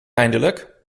eindelijk